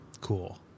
Cool